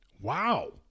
Wow